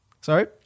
Sorry